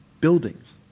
buildings